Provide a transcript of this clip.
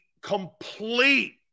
complete